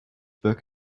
book